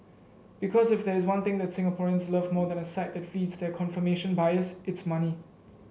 because if there is one thing that Singaporeans love more than a site that feeds their confirmation bias it's money